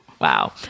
Wow